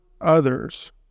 others